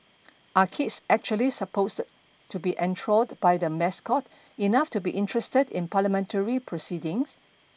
are kids actually supposed to be enthralled by the mascot enough to be interested in parliamentary proceedings